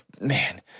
man